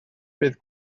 bydd